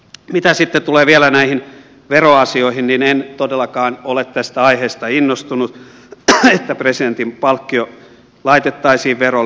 mitä sitten tulee vielä näihin veroasioihin niin en todellakaan ole tästä aiheesta innostunut että presidentin palkkio laitettaisiin verolle